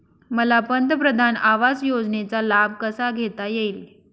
मला पंतप्रधान आवास योजनेचा लाभ कसा घेता येईल?